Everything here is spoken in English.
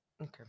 Okay